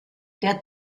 der